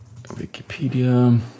Wikipedia